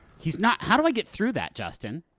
he's not how do i get through that, justin?